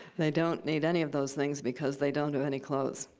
they don't need any of those things because they don't do any clothes.